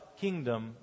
kingdom